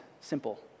simple